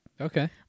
Okay